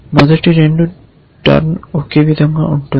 మొదటి 2 టర్న్ ఒకే విధంగా ఉంటుంది